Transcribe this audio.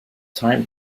time